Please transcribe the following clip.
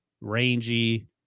rangy